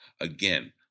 Again